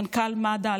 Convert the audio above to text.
מנכ"ל מד"א,